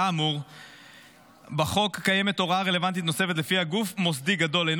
בחוק האמור קיימת הוראה רלוונטית נוספת ולפיה גוף מוסדי גדול אינו